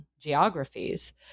geographies